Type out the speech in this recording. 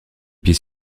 pied